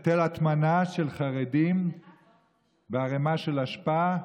היטל הטמנה של חרדים בערמה של אשפה.